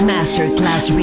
Masterclass